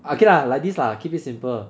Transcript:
ah okay lah like this lah keep it simple